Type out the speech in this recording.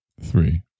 three